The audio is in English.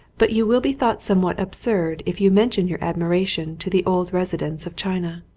but you will be thought somewhat absurd if you mention your admiration to the old resi dents of china.